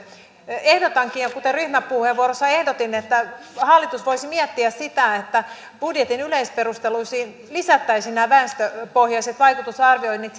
ehdotankin kuten ryhmäpuheenvuorossa ehdotin että hallitus voisi miettiä sitä että budjetin yleisperusteluihin lisättäisiin nämä väestöpohjaiset vaikutusarvioinnit